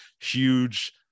huge